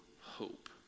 hope